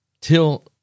till